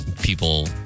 people